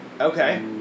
Okay